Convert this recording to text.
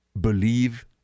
Believe